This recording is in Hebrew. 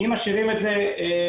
אם משאירים את זה אצלי,